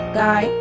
guy